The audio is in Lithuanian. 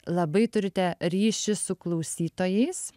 labai turite ryšį su klausytojais